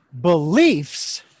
beliefs